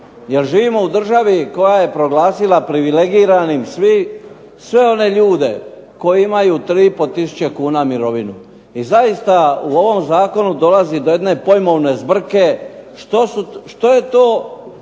jer živimo u državi koja je proglasila privilegiranim sve one ljude koji imaju 3500 kuna mirovinu. I zaista u ovom zakonu dolazi do jedne pojmovne zbrke što je to